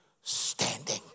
standing